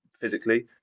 physically